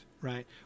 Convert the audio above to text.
right